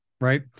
right